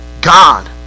God